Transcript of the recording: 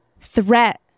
threat